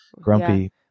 grumpy